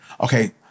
okay